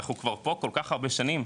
אנחנו כבר פה כל כך הרבה שנים,